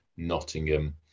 Nottingham